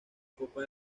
copa